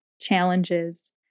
challenges